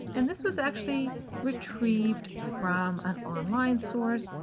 and this was actually retrieved from an online source,